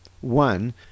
one